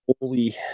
holy